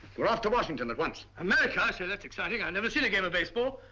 we're off to washington at once. america, i say that's exciting. i've never seen a game of baseball.